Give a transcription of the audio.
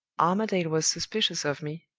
armadale was suspicious of me,